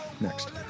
next